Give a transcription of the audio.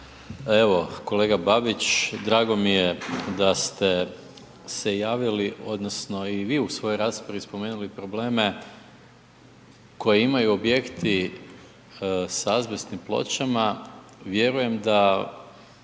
Evo, kolega Babić, drago mi je da ste se javili odnosno i vi u svojoj raspravi spomenuli probleme koje imaju objekti s azbestnim pločama, vjerujem da,